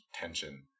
tension